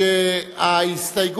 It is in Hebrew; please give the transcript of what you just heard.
מגלי והבה,